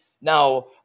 Now